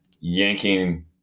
yanking